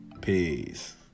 Peace